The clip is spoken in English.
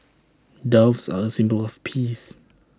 doves are A symbol of peace